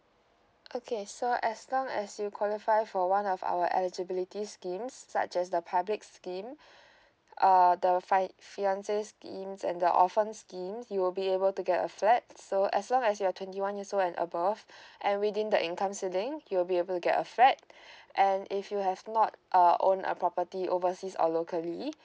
okay so as long as you qualify for one of our eligibility schemes such as the public scheme err the fi~ fiancee schemes and the orphans schemes you'll be able to get a flat so as long as you're twenty one years old and above and within the incomes ceiling you'll be able to get a flat and if you have not uh own a property overseas or locally